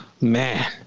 man